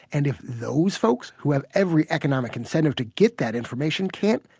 and if those folks, who have every economic incentive to get that information, can't,